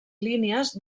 línies